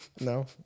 No